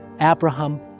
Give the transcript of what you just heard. Abraham